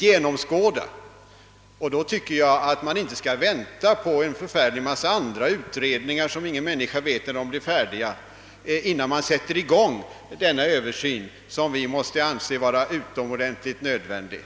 Under sådana förhållanden tycker jag att man inte skall vänta på andra utredningar, om vilka ingen människa vet när de blir färdiga, innan man sätter i gång med denna översyn som vi måste anse vara utomordentligt nödvändig.